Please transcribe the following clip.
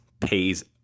pays